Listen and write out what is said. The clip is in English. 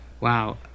Wow